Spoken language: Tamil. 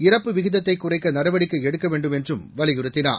இறப்பு விகிதத்தை குறைக்க நடவடிக்கை எடுக்க வேண்டும் என்றும் வலியுறுத்தினார்